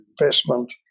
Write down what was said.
investment